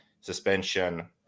suspension